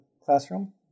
classroom